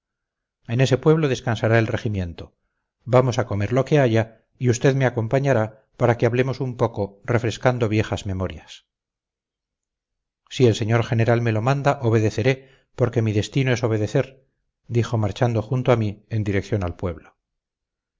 en ese pueblo descansará el regimiento vamos a comer lo que haya y usted me acompañará para que hablemos un poco refrescando viejas memorias si el señor general me lo manda obedeceré porque mi destino es obedecer dijo marchando junto a mí en dirección al pueblo